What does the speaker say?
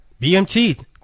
BMT